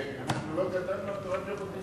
כן, אנחנו לא גדלנו על תורת ז'בוטינסקי.